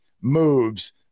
moves